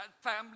family